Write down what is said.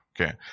Okay